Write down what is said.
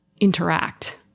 interact